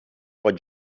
pot